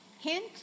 Hint